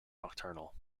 nocturnal